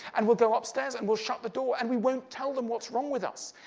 and we'll go upstairs and we'll shut the door and we won't tell them what's wrong with us.